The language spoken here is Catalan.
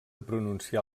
pronunciar